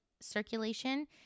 circulation